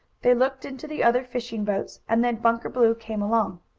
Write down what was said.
they looked into the other fishing boats, and then bunker blue came along.